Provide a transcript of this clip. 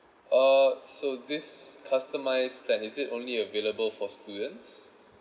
uh so this customized plan is it only available for students